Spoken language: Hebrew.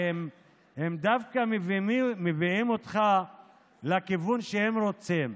כי הם דווקא מביאים אותך לכיוון שהם רוצים,